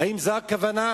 האם זו הכוונה?